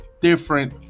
different